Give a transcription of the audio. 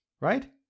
right